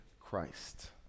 Christ